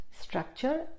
structure